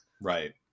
Right